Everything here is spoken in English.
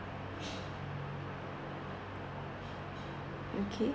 okay